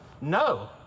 No